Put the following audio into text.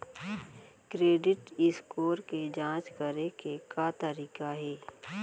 Credit score के जाँच करे के का तरीका हे?